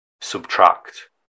subtract